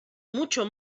mucho